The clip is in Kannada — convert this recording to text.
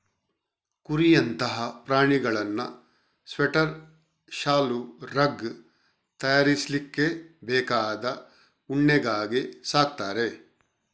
ಕುರಿಯಂತಹ ಪ್ರಾಣಿಗಳನ್ನ ಸ್ವೆಟರ್, ಶಾಲು, ರಗ್ ತಯಾರಿಸ್ಲಿಕ್ಕೆ ಬೇಕಾದ ಉಣ್ಣೆಗಾಗಿ ಸಾಕ್ತಾರೆ